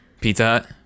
Pizza